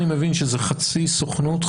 אני מבין שזה חצי סוכנות,